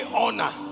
honor